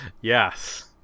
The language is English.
Yes